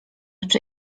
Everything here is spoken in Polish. czy